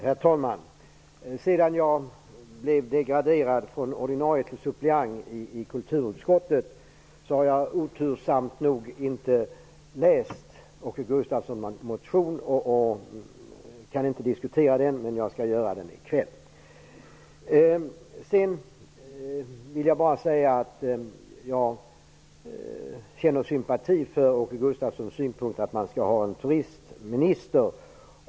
Herr talman! Eftersom jag blev degraderad från att vara ordinarie ledamot i kulturutskottet till att vara suppleant har jag otursamt nog inte läst Åke Gustavssons motion. Jag kan därför inte diskutera den, men jag skall läsa den i kväll. Jag känner sympati för Åke Gustavssons synpunkt att det skall finnas en turistminister.